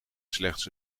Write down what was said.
slechts